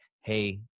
Hey